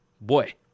boy